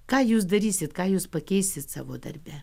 ką jūs darysit ką jūs pakeisit savo darbe